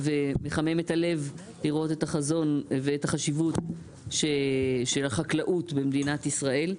ומחמם את הלב לראות את החזון ואת החשיבות של החקלאות במדינת ישראל.